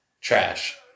trash